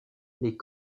les